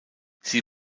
sie